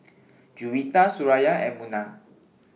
Juwita Suraya and Munah